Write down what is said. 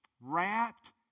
wrapped